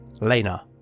Lena